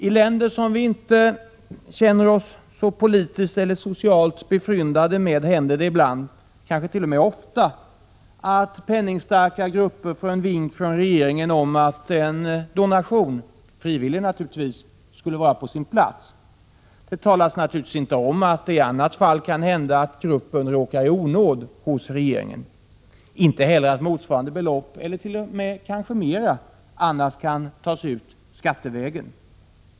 I länder som vi kanske inte känner oss så politiskt eller socialt befryndade med händer det ibland, kanske t.o.m. ofta, att penningstarka grupper får en vink från regeringen om att en donation — frivillig, naturligtvis — skulle vara på sin plats. Det talas givetvis inte om att det i annat fall kan hända att gruppen råkar i onåd hos regeringen. Inte heller talas det om att motsvarande belopp eller kanske t.o.m. mera annars kan tas ut skattevägen.